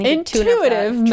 Intuitive